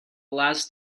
last